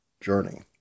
journey